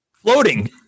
Floating